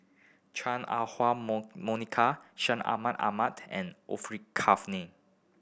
Chuan Ah Huwa Monica Ahmen Ahmed and Orfeur Cavene